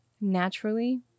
naturally